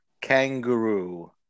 kangaroo